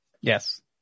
Yes